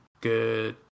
good